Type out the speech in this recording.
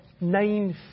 nine